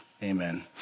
Amen